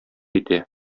итә